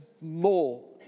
more